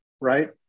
right